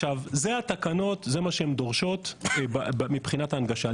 זה התקנות, זה מה שהן דורשות מבחינת ההנגשה.